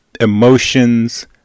emotions